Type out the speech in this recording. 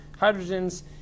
hydrogens